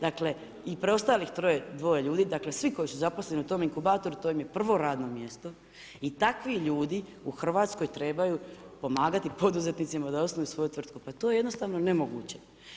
Dakle i preostalih 2 ljudi, dakle svi koji su zaposleni u tom inkubatoru to im je prvo radno mjesto i takvi ljudi u Hrvatskoj trebaju pomagati poduzetnicima da osnuju svoju tvrtku, pa to je jednostavno nemoguće.